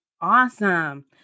Awesome